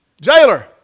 Jailer